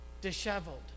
disheveled